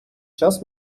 час